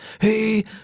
hey